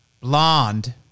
blonde